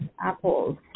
Apples